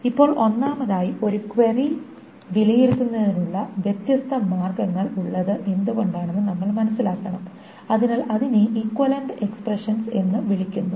ഇപ്പോൾ ഒന്നാമതായി ഒരു ക്വയരി വിലയിരുത്തുന്നതിനുള്ള വ്യത്യസ്ത മാർഗങ്ങൾ ഉള്ളത് എന്തുകൊണ്ടാണെന്ന് നമ്മൾ മനസ്സിലാക്കണം അതിനാൽ അതിനെ ഇക്വിവാലെന്റ് എക്സ്പ്രെഷൻസ് എന്ന് വിളിക്കുന്നു